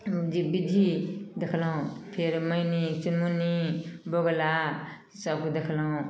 बिज्जी देखलहुँ फेर मैनी चुनमुनी बौगुला सबके देखलहुँ